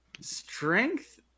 strength